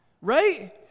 Right